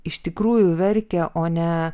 iš tikrųjų verkia o ne